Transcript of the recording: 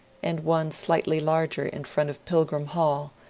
and one slightly larger in front of pilgrim hall,